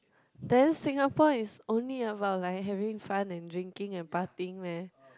then Singapore is only about like having fun and drinking and partying leh